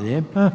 **Reiner,